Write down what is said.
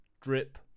drip